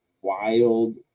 wild